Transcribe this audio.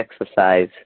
exercise